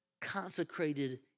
consecrated